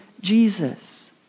Jesus